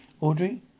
audrey